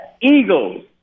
Eagles